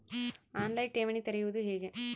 On line ಠೇವಣಿ ತೆರೆಯುವುದು ಹೇಗೆ?